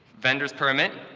vendor's permit,